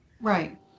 Right